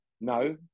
No